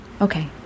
Okay